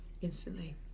instantly